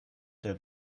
der